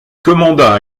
commanda